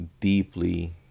deeply